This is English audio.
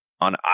on